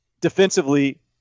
defensively